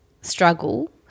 struggle